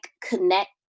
connect